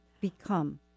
become